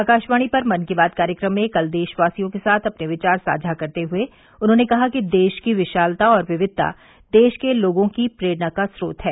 आकाशवाणी पर मन की बात कार्यक्रम में कल देशवासियों के साथ अपने विचार साझा करते हए उन्होंने कहा कि देश की विशालता और विविधता देश की लोगों के प्रेरणा का स्रोत है